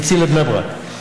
והציל את בני ברק.